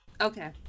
Okay